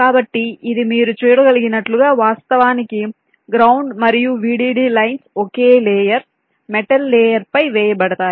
కాబట్టి ఇది మీరు చూడగలిగినట్లుగా వాస్తవానికి గ్రౌండ్ మరియు VDD లైన్స్ ఒకే లేయర్ మెటల్ లేయర్ పై వేయబడతాయి